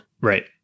Right